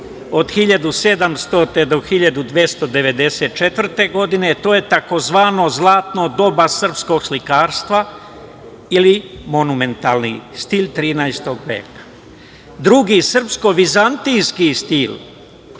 od 1700. do 1294. godine, to je tzv. zlatno doba srpskog slikarstva ili monumentalni stil 13. veka. Drugi, srpsko vizantijski stil,